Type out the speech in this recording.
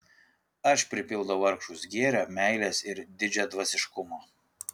aš pripildau vargšus gėrio meilės ir didžiadvasiškumo